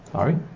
Sorry